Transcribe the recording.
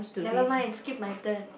nevermind skip my turn